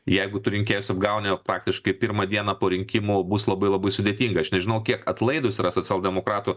jeigu tu rinkėjus apgauni praktiškai pirmą dieną po rinkimų bus labai labai sudėtinga aš nežinau kiek atlaidūs yra socialdemokratų